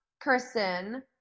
Kirsten